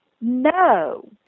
no